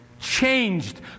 changed